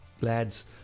lads